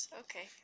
okay